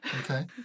Okay